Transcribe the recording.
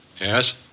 Yes